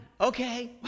Okay